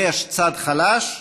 יש צד חלש,